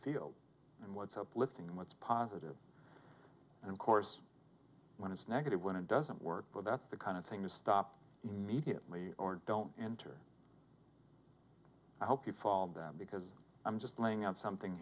field and what's uplifting and what's positive and of course when it's negative when it doesn't work well that's the kind of thing to stop immediately or don't enter i hope you fall down because i'm just laying out something